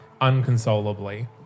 unconsolably